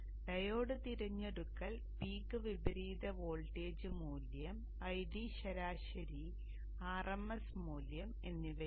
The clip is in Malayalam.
ഡയോഡ് തിരഞ്ഞെടുക്കൽ പീക്ക് വിപരീത വോൾട്ടേജ് മൂല്യം ഐഡി ശരാശരി RMS മൂല്യം എന്നിവയാണ്